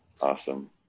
awesome